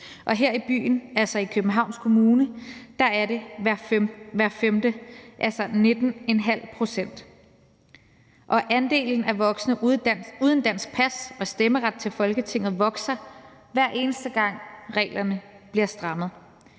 her i byen, altså i Københavns Kommune, er det hver femte – 19½ pct. Og andelen af voksne uden dansk pas og stemmeret til Folketinget vokser, hver eneste gang reglerne bliver strammet.